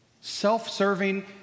Self-serving